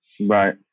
Right